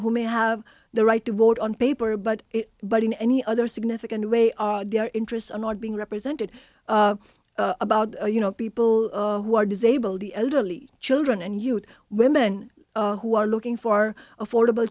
who may have the right to vote on paper but but in any other significant way our interests are not being represented about you know people who are disabled the elderly children and youth women who are looking for affordable